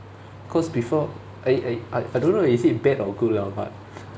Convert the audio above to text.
cause before I I I I don't know is it bad or good lah but